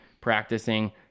practicing